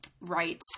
Right